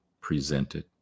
presented